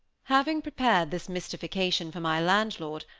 having prepared this mystification for my landlord,